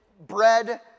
bread